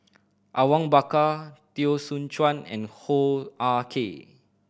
Awang Bakar Teo Soon Chuan and Hoo Ah Kay